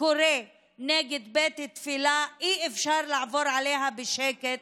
קורה נגד בית תפילה, אי-אפשר לעבור עליו בשקט.